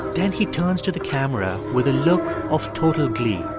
then he turns to the camera with a look of total glee.